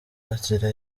nzira